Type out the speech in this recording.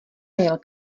měl